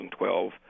2012